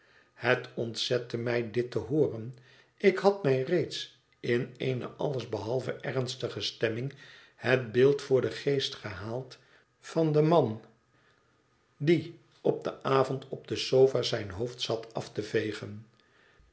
het ontzette mij dit te hooren ik had mij reeds in eene alles behalve ernstige stemming het beeld voor den geest gehaald van den man die op den avond op de sofa zijn hoofd zat af te vegen